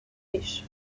riche